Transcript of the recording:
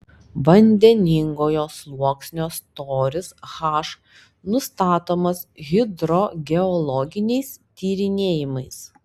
vandeningojo sluoksnio storis h nustatomas hidrogeologiniais tyrinėjimais